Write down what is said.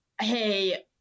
Hey